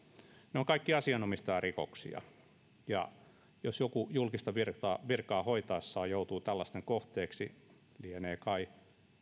ne ovat kaikki asianomistajarikoksia ja jos joku julkista virkaa virkaa hoitaessaan joutuu tällaisten kohteeksi lienee kai